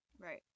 Right